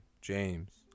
James